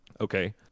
okay